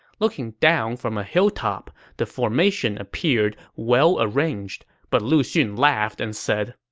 looking down from a hilltop, the formation appeared well arranged, but lu xun laughed and said,